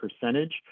percentage